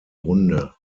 runde